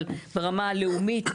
אבל ברמה הלאומית,